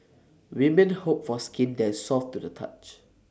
women hope for skin that is soft to the touch